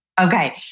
Okay